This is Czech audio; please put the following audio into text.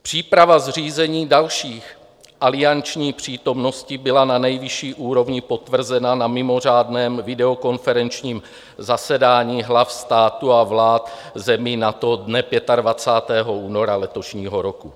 Příprava zřízení další alianční přítomnosti byla na nejvyšší úrovni potvrzena na mimořádném videokonferenčním zasedání hlav státu a vlád zemí NATO dne 25. února letošního roku.